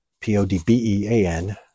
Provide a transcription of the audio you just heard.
P-O-D-B-E-A-N